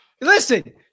listen